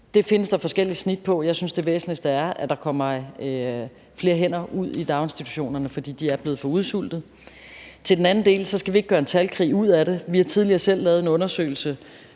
Det findes der forskellige snit på. Jeg synes, det væsentligste er, at der kommer flere hænder ud i daginstitutionerne, for de er blevet for udsultede. Til den anden del vil jeg sige, at vi ikke skal gøre det til en talkrig. Vi har tidligere selv lavet en undersøgelse